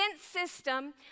system